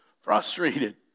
frustrated